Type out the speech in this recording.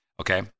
Okay